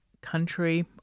country